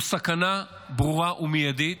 הוא סכנה ברורה ומידית,